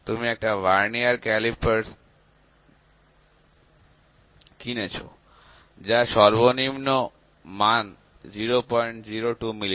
তুমি একটা vernier calliper কিনেছো যার সর্বনিম্ন মান ০০২ মিমি